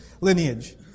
lineage